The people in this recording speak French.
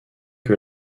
que